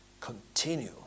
continue